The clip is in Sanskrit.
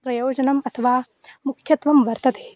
प्रयोजनम् अथवा मुख्यत्वं वर्तते